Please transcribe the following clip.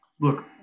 look